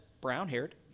brown-haired